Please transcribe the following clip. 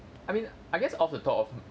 I mean I guess off the top of